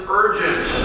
urgent